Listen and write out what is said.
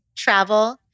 Travel